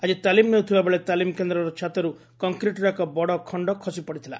ଆକି ତାଲିମ୍ ନେଉଥିବାବେଳେ ତାଲିମ୍ କେନ୍ଦର ଛାତରୁ କଂକ୍ରିଟର ଏକ ବଡ଼ ଖଣ୍ତ ଖସି ପଡ଼ିଥିଲା